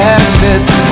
exits